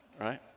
right